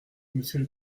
monsieur